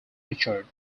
richard